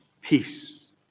peace